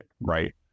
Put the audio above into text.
right